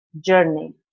journey